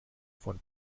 von